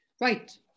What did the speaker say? Right